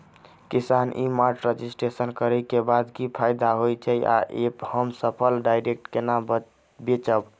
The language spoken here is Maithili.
किसान ई मार्ट रजिस्ट्रेशन करै केँ बाद की फायदा होइ छै आ ऐप हम फसल डायरेक्ट केना बेचब?